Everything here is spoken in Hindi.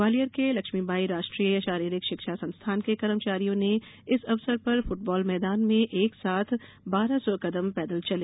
ग्वालियर के लक्ष्मीबाई राष्ट्रीय शारीरिक शिक्षा संस्थान के कर्मचारियों ने इस अवसर पर फुटबॉल मैदान में एक साथ बारह सौ कदम पैदल चले